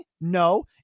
No